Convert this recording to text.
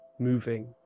moving